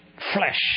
Flesh